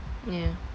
yeah